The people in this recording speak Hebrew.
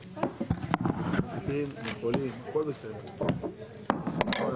15:40.